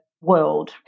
world